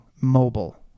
mobile